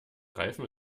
reifen